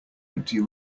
empty